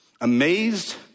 Amazed